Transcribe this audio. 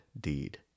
deed